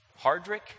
Hardrick